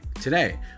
today